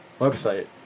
website